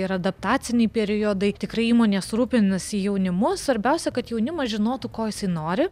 ir adaptaciniai periodai tikrai įmonės rūpinasi jaunimu svarbiausia kad jaunimas žinotų ko jisai nori